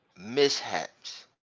mishaps